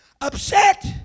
upset